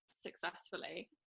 successfully